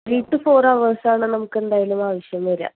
three to four hours ആണ് നമുക്ക് എന്തായാലും ആവശ്യം വരിക